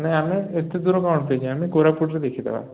ନାଇଁ ଆମେ ଏତେ ଦୂର କ'ଣ ପାଇଁ ଯିବା ଆମେ କୋରାପୁଟରେ ଦେଖିଦେବା